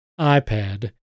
iPad